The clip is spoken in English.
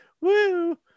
Woo